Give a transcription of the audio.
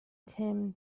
tim